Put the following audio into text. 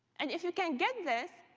and if you can get this,